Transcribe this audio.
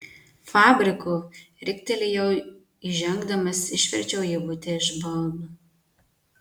fabriko riktelėjau įžengdamas išverčiau ievutę iš balno